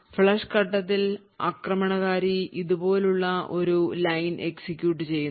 flush ഘട്ടത്തിൽ ആക്രമണകാരി ഇതുപോലുള്ള ഒരു line എക്സിക്യൂട്ട് ചെയ്യുന്നു